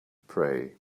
pray